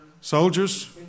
Soldiers